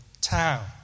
town